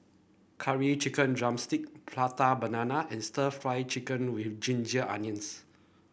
Curry Chicken drumstick Prata Banana and stir Fry Chicken with Ginger Onions